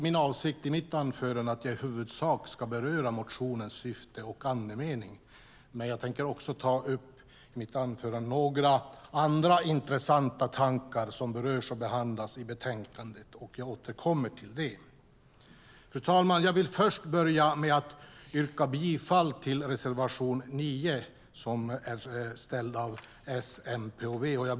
Min avsikt är att jag i mitt anförande i huvudsak ska beröra motionens syfte och andemening. Men jag tänker också ta upp några andra intressanta tankar som berörs och behandlas i betänkandet. Jag återkommer till detta. Fru talman! Jag vill börja med att yrka bifall till reservation 9 som är skriven av S, MP och V.